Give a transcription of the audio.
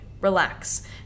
relax